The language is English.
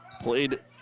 played